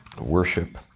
worship